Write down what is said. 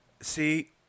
See